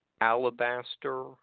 alabaster